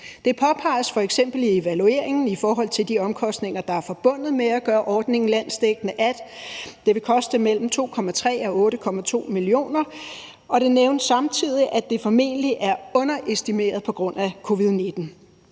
Det påpeges f.eks. i evalueringen i forhold til de omkostninger, der er forbundet med at gøre ordningen landsdækkende, at det vil koste mellem 2,3 og 8,2 mio. kr., og det nævnes samtidig, at det formentlig er underestimeret på grund af covid-19.